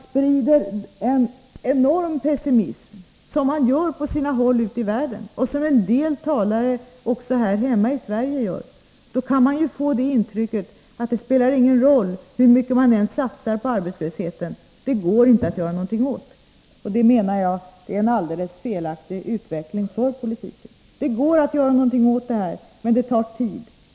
Sprids det en enorm pessimism — som det görs på sina håll ute i världen, liksom också av vissa personer här hemma i Sverige — kan man få intrycket att det inte spelar någon roll hur mycket man än satsar på arbetslösheten, eftersom det inte går att göra någonting åt den. Jag menar att detta är helt felaktigt. Det går att göra någonting åt problemen, men det tar tid.